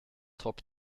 top